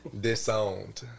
disowned